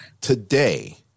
today